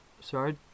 Sorry